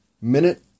minute